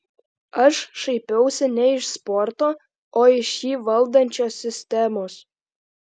aš šaipausi ne iš sporto o iš jį valdančios sistemos